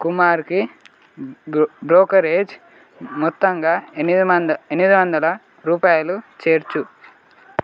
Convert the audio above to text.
కుమార్కి బ్రోకరేజ్ మొత్తంగా ఎనిమిది మంద ఎనిమిదొందల రూపాయలు చేర్చు